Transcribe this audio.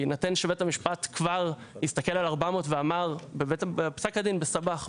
בהינתן שבית המשפט כבר הסתכל על 400 ואמר בפסק דין סבח,